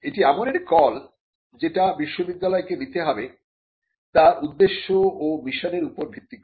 এটি এমন একটি কল যেটা বিশ্ববিদ্যালয়টিকে নিতে হবে তার উদ্দেশ্য ও মিশনের উপর ভিত্তি করে